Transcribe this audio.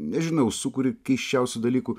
nežinau sūkury keisčiausių dalykų